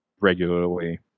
regularly